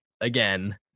again